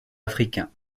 africains